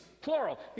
plural